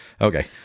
Okay